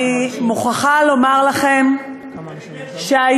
אני מוכרחה לומר לכם שהיום,